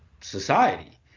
society